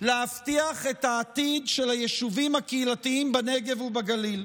להבטיח את העתיד של היישובים הקהילתיים בנגב ובגליל.